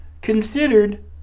considered